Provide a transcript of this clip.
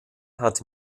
hat